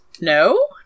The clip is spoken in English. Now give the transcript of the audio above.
No